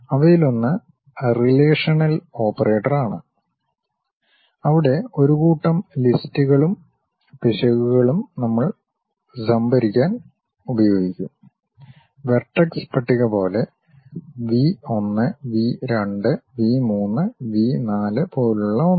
അവയിലൊന്ന് റിലേഷണൽ ഓപ്പറേറ്ററാണ് അവിടെ ഒരു കൂട്ടം ലിസ്റ്റുകളും പിശകുകളും നമ്മൾ സംഭരിക്കാൻ ഉപയോഗിക്കും വെർടെക്സ് പട്ടിക പോലെ വി 1 വി 2 വി 3 വി 4 പോലുള്ള ഒന്ന്